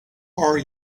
are